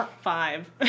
five